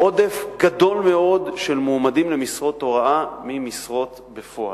עודף גדול מאוד של מועמדים למשרות הוראה ממשרות בפועל.